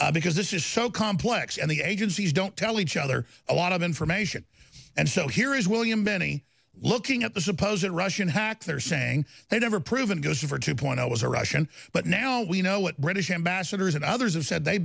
on because this is so complex and the agencies don't tell each other a lot of information and so here is william many looking at the suppose that russian hackers saying they've never proven goes for two point zero was a russian but now we know what british ambassadors and others have said they've